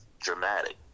dramatic